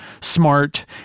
smart